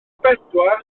bedwar